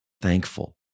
thankful